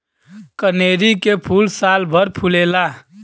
कनेरी के फूल सालभर फुलेला